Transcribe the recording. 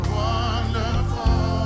wonderful